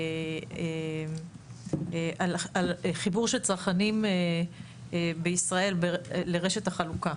על חיבור של צרכנים בישראל לרשת החלוקה.